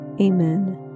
Amen